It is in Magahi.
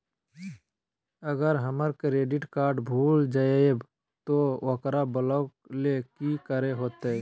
अगर हमर क्रेडिट कार्ड भूल जइबे तो ओकरा ब्लॉक लें कि करे होते?